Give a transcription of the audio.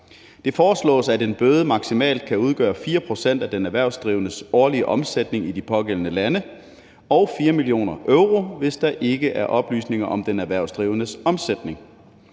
Det foreslås, at en bøde maksimalt kan udgøre 4 pct. af den erhvervsdrivendes årlige omsætning i de pågældende lande – og 4 mio. euro, hvis der ikke er oplysninger om den erhvervsdrivendes omsætning.